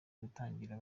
gutangira